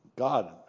God